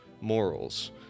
morals